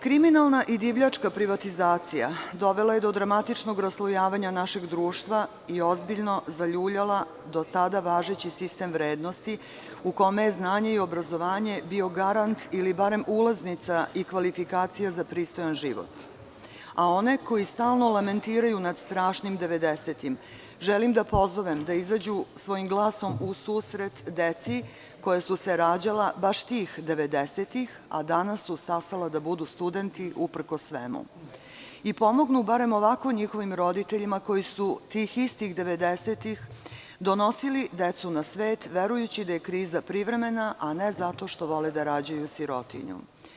Kriminalna i divljačka privatizacija dovela je do dramatičnog raslojavanja našeg društva i ozbiljno zaljuljala do tada važeći sistem vrednosti u kome je znanje i obrazovanje bio garant ili bar ulaznica i kvalifikacija za pristojan život, a one koji stalno lamentiraju nad strašnim devedesetim želim da pozovem da izađu svojim glasom u susret deci koja su se rađala baš tih devedesetih, a danas su stasala da budu studenti uprkos svemu i pomognu barem ovako njihovim roditeljima koji su tih istih devedesetih donosili decu na svet, verujući da je kriza privremena, a ne zato što vole da rađaju sirotinju.